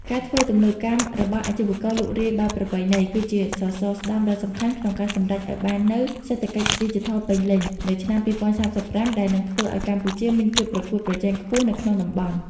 ការធ្វើទំនើបកម្មរបស់អាជីវករលក់រាយបែបប្រពៃណី គឺជាសសរស្តម្ភដ៏សំខាន់ក្នុងការសម្រេចឱ្យបាននូវ សេដ្ឋកិច្ចឌីជីថលពេញលេញ នៅឆ្នាំ ២០៣៥ ដែលនឹងធ្វើឱ្យកម្ពុជាមានភាពប្រកួតប្រជែងខ្ពស់នៅក្នុងតំបន់។